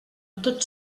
tots